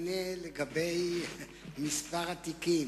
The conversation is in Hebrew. אענה לגבי מספר התיקים,